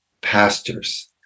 pastors